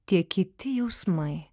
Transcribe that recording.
tie kiti jausmai